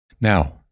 Now